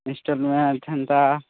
instalment ହେନ୍ତା